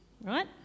right